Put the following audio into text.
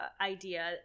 idea